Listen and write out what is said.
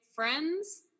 friends